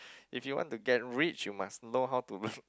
if you want to get rich you must know how to